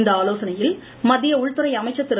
இந்த ஆலோசனையில் மத்திய உள்துறை அமைச்சர் திரு